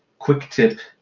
quick tip,